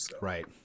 Right